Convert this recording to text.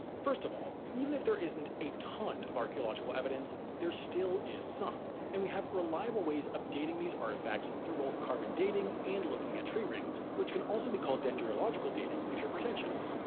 first of all, even if there isn't a ton of archaeological evidence, there still is some and we have reliable ways of dating these artifacts, through both carbon dating, and looking at tree rings, which can also be called dendrological dating if you're pretentious.